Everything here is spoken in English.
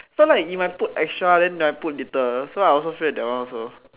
so like you might put extra or put little so I feel like that one also